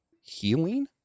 healing